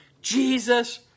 Jesus